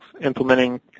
implementing